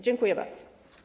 Dziękuję bardzo.